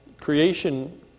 creation